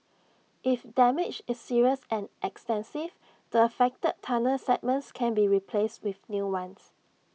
if damage is serious and extensive the affected tunnel segments can be replaced with new ones